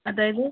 അതായത്